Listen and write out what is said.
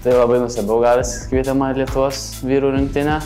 tai labai nustebau gavęs kvietimą į lietuvos vyrų rinktinę